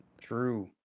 true